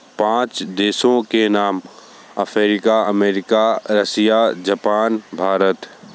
पाँच देशों के नाम Africa America Russia Japan Bharat